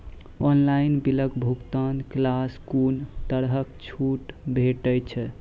Online बिलक भुगतान केलासॅ कुनू तरहक छूट भेटै छै?